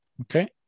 okay